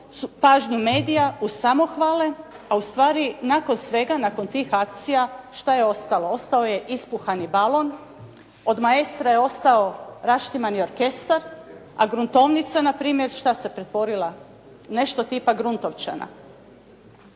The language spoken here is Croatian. pažnju medija uz samohvale, a u stvari nakon svega, nakon tih akcija šta je ostalo. Ostao je ispuhani balon. Od “Maestra“ je ostao raštimani orkestar, a “Gruntovnica“ na primjer šta se pretvorila nešto tipa gruntovčana.